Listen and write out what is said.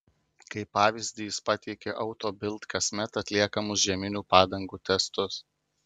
kaip pavyzdį jis pateikė auto bild kasmet atliekamus žieminių padangų testus